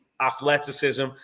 Athleticism